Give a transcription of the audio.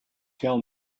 tell